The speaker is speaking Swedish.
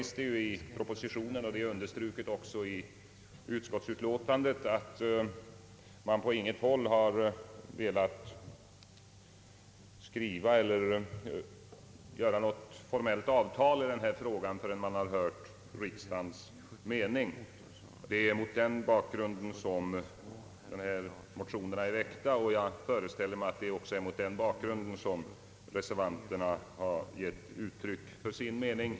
Emellertid sägs i propositionen — det understryks också i utskottsutlåtandet — att man på intet håll har velat göra något formellt avtal i denna fråga förrän man hört riksdagens mening. Det är mot den bakgrunden som dessa motioner väckts, och jag föreställer mig att det också är mot den bakgrunden som reservanterna har givit uttryck för sin mening.